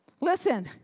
Listen